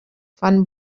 fan